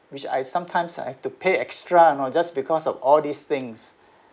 which I sometimes I have to pay extra you know just because of all these things